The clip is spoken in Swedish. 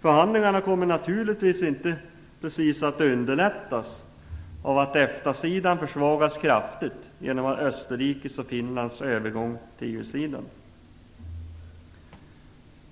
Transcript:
Förhandlingarna kommer naturligtvis inte att underlättas av att EFTA sidan försvagats kraftigt, genom Österrikes och